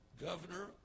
governor